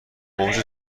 اوج